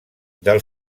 del